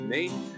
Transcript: Nate